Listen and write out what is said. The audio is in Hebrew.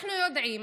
אנחנו יודעים